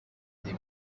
des